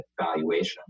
valuation